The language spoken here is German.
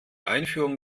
einführung